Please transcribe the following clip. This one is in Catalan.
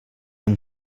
hem